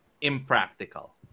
impractical